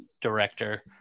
director